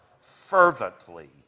fervently